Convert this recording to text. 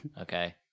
Okay